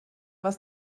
was